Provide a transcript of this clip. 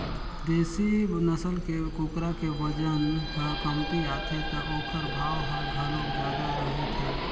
देसी नसल के कुकरा के बजन ह कमती आथे त ओखर भाव ह घलोक जादा रहिथे